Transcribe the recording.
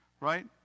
Right